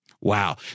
Wow